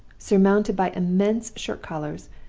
surmounted by immense shirt-collars,